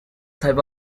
type